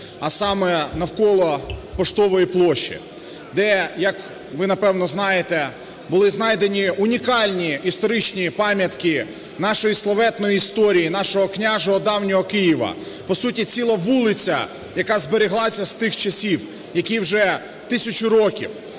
а саме навколо Поштової площі, де, як ви напевно знаєте, були знайдені унікальні історичні пам'ятки нашої славетної історії, нашого княжого давнього Києва. По суті, ціла вулиця, яка збереглася з тих часів, якій вже тисячу років.